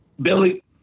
Billy